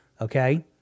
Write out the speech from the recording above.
okay